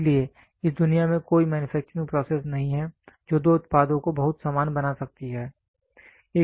इसलिए इस दुनिया में कोई मैन्युफैक्चरिंग प्रोसेस नहीं है जो दो उत्पादों को बहुत समान बना सकती है